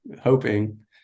hoping